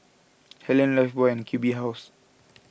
Helen Lifebuoy and Q B House